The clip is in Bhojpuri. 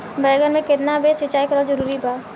बैगन में केतना बेर सिचाई करल जरूरी बा?